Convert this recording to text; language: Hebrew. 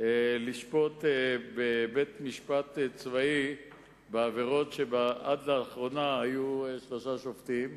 לשפוט בבית-משפט צבאי בעבירות שבהן עד לאחרונה היו שלושה שופטים,